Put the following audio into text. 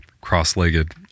cross-legged